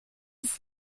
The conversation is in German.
ist